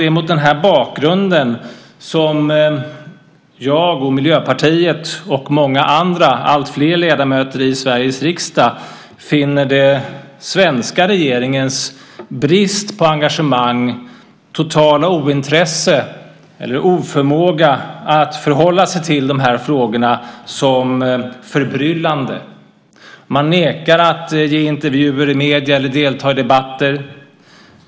Det är mot den här bakgrunden som jag, Miljöpartiet och många andra - bland annat alltfler ledamöter i Sveriges riksdag - finner den svenska regeringens brist på engagemang, totala ointresse eller oförmåga att förhålla sig till de här frågorna som förbryllande. Man nekar att ge intervjuer i medier eller delta i debatter.